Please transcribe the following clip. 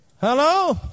Hello